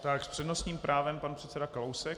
S přednostním právem pan předseda Kalousek.